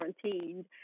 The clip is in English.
quarantined